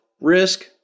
risk